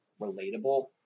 relatable